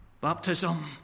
Baptism